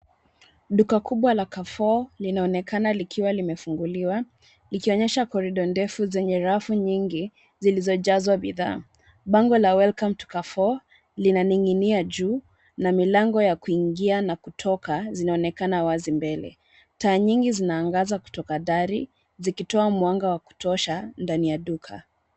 Duka kubwa la CARREFOUR linaonekana likiwa limefunguliwa, likionyesha corridor ndefu zenye rafu nyingi zilizojazwa bidhaa. Bango la "WELCOME TO CARREFOUR" linaning'inia juu na milango ya kuingia na kutoka zinaonekana wazi mbele. Taa nyingi zinaangaza kutoka dari zikitoa mwanga wa kutosha ndani ya duka.